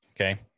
Okay